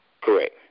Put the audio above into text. Correct